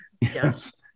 yes